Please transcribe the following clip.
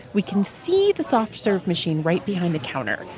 we can see the soft serve machine right behind the counter.